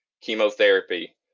chemotherapy